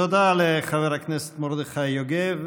תודה לחבר הכנסת מרדכי יוגב.